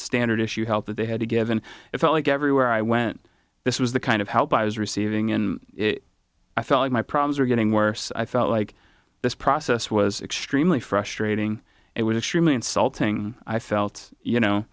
standard issue health that they had to give and it felt like everywhere i went this was the kind of help i was receiving and i felt like my problems were getting worse i felt like this process was extremely frustrating it was extremely insulting i felt you know